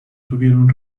tuvieron